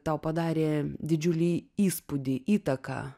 tau padarė didžiulį įspūdį įtaką